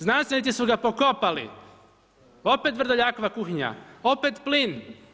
Znanstvenici su ga pokopali, opet Vrdoljakova kuhinja, opet plin.